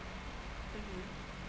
mm